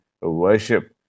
worship